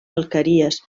alqueries